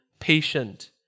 patient